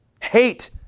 Hate